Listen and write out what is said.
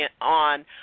on